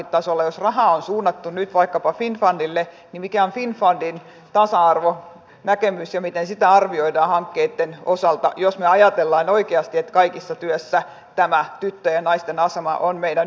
jos rahaa on suunnattu nyt vaikkapa finnfundille niin mikä on finnfundin tasa arvonäkemys ja miten sitä arvioidaan hankkeitten osalta jos me ajattelemme oikeasti että kaikessa työssä tämä tyttöjen ja naisten asema on meidän ykkösjuttuja